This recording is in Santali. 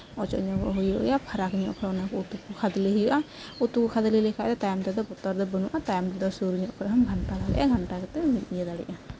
ᱚᱪᱚᱜ ᱧᱚᱜᱚᱜ ᱦᱩᱭᱩᱜ ᱜᱮᱭᱟ ᱯᱷᱟᱨᱟᱠ ᱧᱚᱜ ᱯᱷᱟᱨᱟᱠ ᱧᱚᱜ ᱠᱷᱳᱱ ᱚᱱᱟ ᱠᱚ ᱠᱷᱟᱫᱞᱮ ᱦᱩᱭᱩᱜᱼᱟ ᱩᱛᱩ ᱠᱷᱟᱫᱞᱮ ᱞᱮᱷᱟᱡ ᱫᱚ ᱛᱟᱭᱱᱚᱢ ᱛᱮᱫᱚ ᱵᱚᱛᱚᱨᱰᱚ ᱵᱟᱹᱱᱩᱜᱼᱟ ᱛᱟᱭᱱᱚᱢ ᱛᱮᱫᱚ ᱥᱩᱨ ᱧᱚᱜ ᱠᱷᱚᱱ ᱦᱚᱢ ᱜᱷᱟᱱᱴᱟ ᱫᱟᱲᱮᱭᱟᱜ ᱜᱷᱟᱱᱴᱟ ᱠᱟᱛᱮᱢ ᱤᱭᱟᱹ ᱫᱟᱲᱮᱭᱟᱜᱼᱟ